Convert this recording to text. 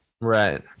right